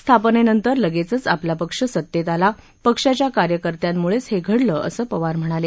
स्थापनेनंतर लगेचंच आपला पक्ष सतेत आला पक्षाच्या कार्यकर्त्यांमुळेच हे घडलं असं पवार म्हणाले